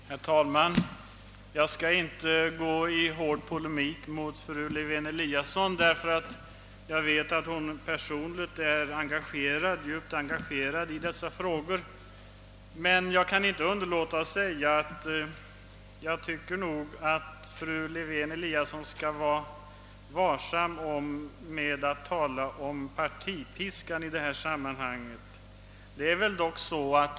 Herr talman! Jag skall inte gå in i någon hård polemik med fru Lewén-Eliasson, därför att jag vet att hon personligen är djupt engagerad i dessa frågor. Men jag kan inte underlåta att säga att fru Lewén-Eliasson borde vara varsam när det gäller att tala om partipiskan i det här sammanhanget.